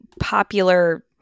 popular